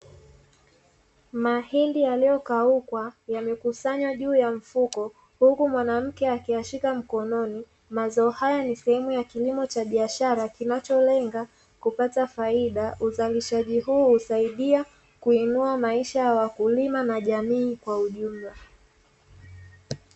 Mahindi yaliyokauka yamekusanywa juu ya mfuko, huku mwanamke akiyashika mkononi. Mazao haya ni sehemu ya kilimo cha biashara kinacholenga kipata faida. Uzalishaji huu husaidia kuinua maisha ya wakulima na jamii kwa ujumla.